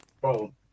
bro